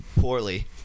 poorly